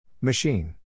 Machine